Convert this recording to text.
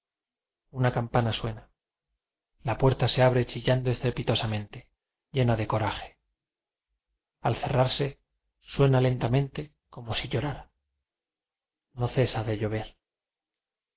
una campana suena la puerta se abre chi llando estrepitosamente llena de coraje ai cerrarse suena lentamente como si llo rara no cesa de llover